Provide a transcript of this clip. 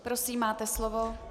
Prosím, máte slovo.